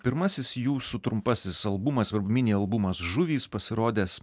pirmasis jūsų trumpasis albumas mini albumas žuvys pasirodęs